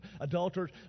adulterers